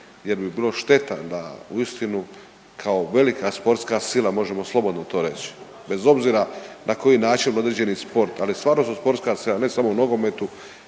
jer bi bilo šteta da uistinu kao velika sportska sila, možemo slobodno to reć, bez obzira na koji način određeni sport ali stvarno smo sportska ne samo u nogometu